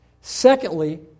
Secondly